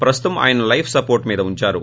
ప్రస్తుతం ఆయనను life support మీద ఉందారు